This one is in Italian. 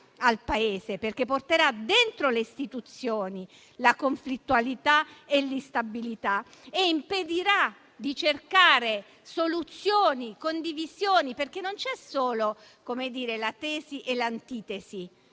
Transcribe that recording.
perché porterà dentro le istituzioni la conflittualità e l'instabilità e impedirà di cercare soluzioni e condivisioni. Non vi è solo la tesi e l'antitesi,